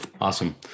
awesome